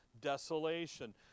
desolation